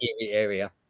area